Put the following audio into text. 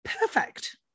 Perfect